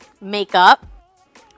Makeup